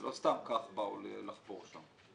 לא סתם כך באו לחפור שם.